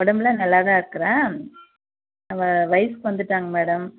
உடம்புலாம் நல்லாதான் இருக்கிறா அவள் வயதுக்கு வந்துவிட்டாங்க மேடம்